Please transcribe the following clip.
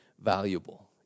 valuable